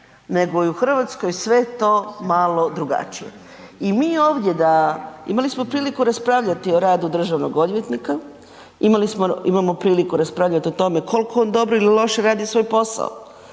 nego i u Hrvatskoj sve to malo drugačije i mi ovdje da, imali smo priliku raspravljati o radu državnog odvjetnika, imali smo, imamo priliku raspravljati o tome koliko on dobro ili loše radi svoj posao,